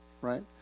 Right